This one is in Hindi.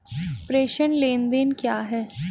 प्रेषण लेनदेन क्या है?